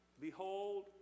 Behold